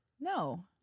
No